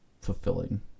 fulfilling